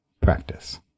practice